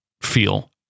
feel